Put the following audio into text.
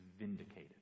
vindicated